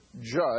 judge